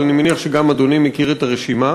אבל אני מניח שגם אדוני מכיר את הרשימה